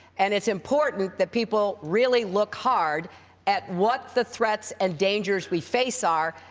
and it's important that people really look hard at what the threats and dangers we face are,